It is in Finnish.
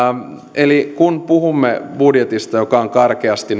eli kun puhumme budjetista joka on karkeasti